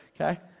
okay